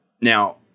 Now